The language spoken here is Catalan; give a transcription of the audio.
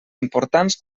importants